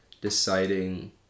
deciding